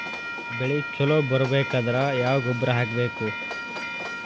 ಬೆಳಿ ಛಲೋ ಬರಬೇಕಾದರ ಯಾವ ಗೊಬ್ಬರ ಹಾಕಬೇಕು?